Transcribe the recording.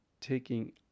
Taking